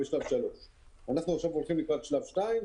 בשלב 3. אנחנו עכשיו נכנסים לשלב 2,